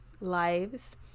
lives